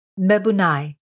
Mebunai